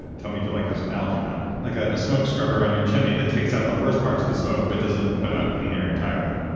and tell me if you like this analogy or not, like a smoke scrubber on your chimney that takes out the worst parts of the smoke but doesn't put out clean air entirely.